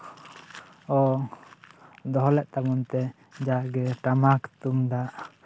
ᱚ ᱫᱚᱦᱚ ᱞᱮᱫ ᱛᱟᱵᱚᱱᱛᱮ ᱡᱟᱜᱮ ᱴᱟᱢᱟᱠ ᱛᱩᱢᱫᱟᱜ